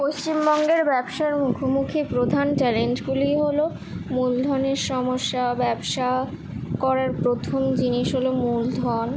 পশ্চিমবঙ্গের ব্যবসার মুখোমুখি প্রধান চ্যালেঞ্জগুলি হলো মূলধনের সমস্যা ব্যবসা করার প্রথম জিনিস হলো মূলধন